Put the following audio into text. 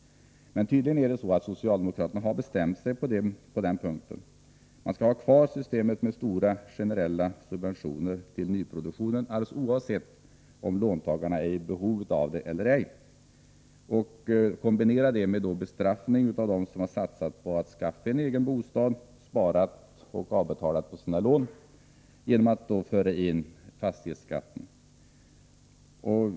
Tydligen har socialdemokraterna bestämt sig på den punkten. Man skall ha kvar systemet med stora generella subventioner till nyproduktionen, alldeles oavsett om låntagarna är i behov av det eller ej. Detta kombinerar man med bestraffning av dem som satsat på att skaffa en egen bostad, som har sparat och betalat på sina lån, genom att föra in fastighetsskatten.